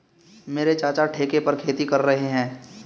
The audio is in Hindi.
मेरे चाचा ठेके पर खेती कर रहे हैं